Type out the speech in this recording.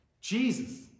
Jesus